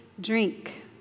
drink